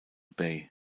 bay